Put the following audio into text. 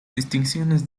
distinciones